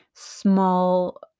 small